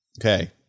Okay